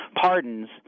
pardons